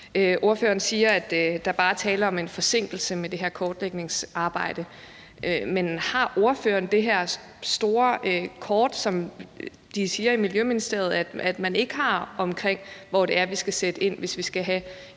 Ordføreren siger, at der bare tale om en forsinkelse af det her kortlægningsarbejde. Men har ordføreren det her store kort, som de i Miljøministeriet siger at man ikke har, over, hvor det er, at vi skal sætte ind, hvis vi skal sikre